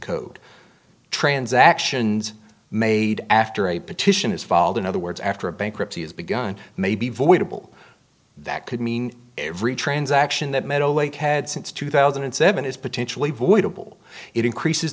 code transactions made after a petition is followed in other words after a bankruptcy is begun may be voidable that could mean every transaction that metal lake had since two thousand and seven is potentially voidable it increases